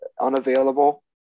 unavailable